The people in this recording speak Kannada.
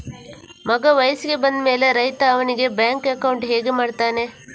ಮಗ ವಯಸ್ಸಿಗೆ ಬಂದ ಮೇಲೆ ರೈತ ಅವನಿಗೆ ಬ್ಯಾಂಕ್ ಅಕೌಂಟ್ ಹೇಗೆ ಮಾಡ್ತಾನೆ?